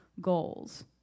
goals